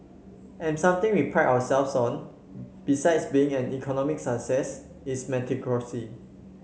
and something we pride ourselves on besides being an economic success is